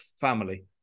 family